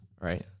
right